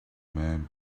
man